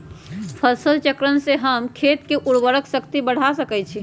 फसल चक्रण से हम खेत के उर्वरक शक्ति बढ़ा सकैछि?